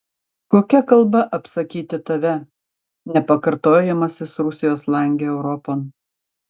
kokia kalba apsakyti tave nepakartojamasis rusijos lange europon